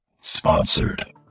Sponsored